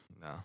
no